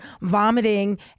vomiting